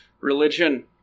religion